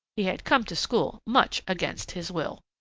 he had come to school much against his will.